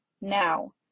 now